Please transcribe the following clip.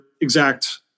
exact